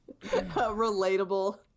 Relatable